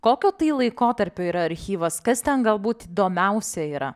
kokio tai laikotarpio yra archyvas kas ten galbūt įdomiausia yra